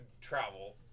travel